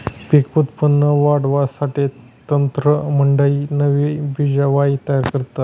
पिक उत्पादन वाढावासाठे तज्ञमंडयी नवी बिजवाई तयार करतस